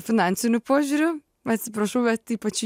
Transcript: finansiniu požiūriu atsiprašau bet ypač